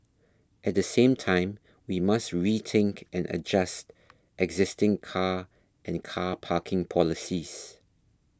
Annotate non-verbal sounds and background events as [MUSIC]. at the same time we must rethink and adjust [NOISE] existing car and car parking policies